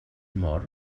mor